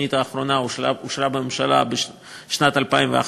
התוכנית האחרונה אושרה בממשלה בשנת 2011,